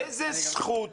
באיזו זכות?